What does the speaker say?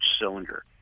cylinder